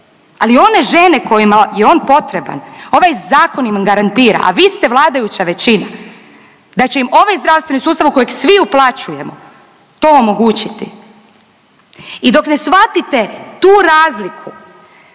ali one žene kojima je on potreban ovaj zakon im garantira, a vi ste vladajuća većina, da će im ovaj zdravstveni sustav u kojeg svi uplaćujemo to omogućiti i dok ne shvatite tu razliku